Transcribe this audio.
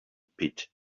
pit